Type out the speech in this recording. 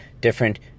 different